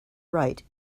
right